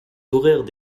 horaires